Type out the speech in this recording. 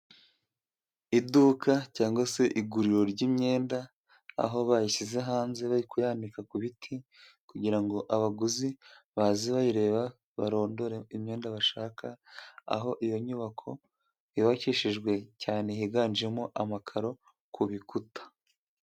Iduka cyangwa se iguriro ry'imyenda aho bayishyize hanze bari kuyanika ku biti kugira ngo abaguzi baze bayireba barondore imyenda bashaka, aho iyo nyubako yubakishijwe cyane higanjemo amakaro ku bikuta.